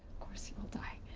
course he will die.